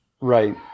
Right